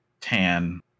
tan